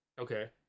Okay